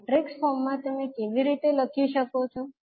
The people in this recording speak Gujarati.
મેટ્રિક્સ ફોર્મ માં તમે કેવી રીતે લખી શકો છો